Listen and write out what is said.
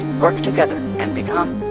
work together, and become